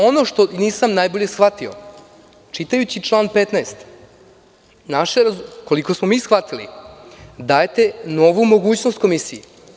Ono što nisam najbolje shvatio čitajući član 15. koliko smo mi shvatili dajete novu mogućnost komisiji.